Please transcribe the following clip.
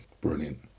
brilliant